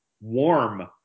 warm